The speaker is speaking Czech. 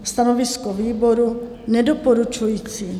Stanovisko výboru: Nedoporučující.